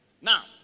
now